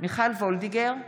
מיכל וולדיגר,